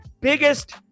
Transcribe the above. biggest